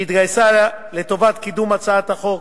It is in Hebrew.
שהתגייסה לטובת קידום הצעת החוק.